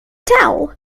tell